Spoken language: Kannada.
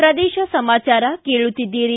ಪ್ರದೇಶ ಸಮಾಚಾರ ಕೇಳುತ್ತೀದ್ದಿರಿ